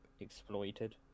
exploited